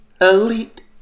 Elite